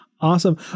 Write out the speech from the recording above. Awesome